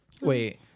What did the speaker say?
Wait